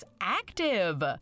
Active